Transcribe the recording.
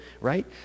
right